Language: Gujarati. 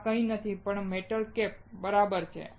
આ કંઈ નથી પણ મેટલની કેપ બરાબર છે